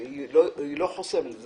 שלא חוסמות.